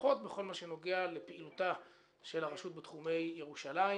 לפחות בכל הנוגע לפעילותה של הרשות בתחומי ירושלים